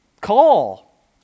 call